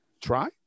Try